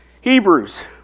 Hebrews